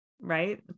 right